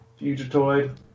Fugitoid